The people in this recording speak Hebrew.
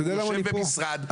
כי הוא יושב במשרד,